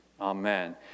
Amen